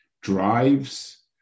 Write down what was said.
drives